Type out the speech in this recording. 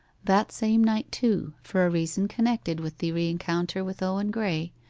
that same night, too, for a reason connected with the rencounter with owen graye,